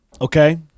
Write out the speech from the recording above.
okay –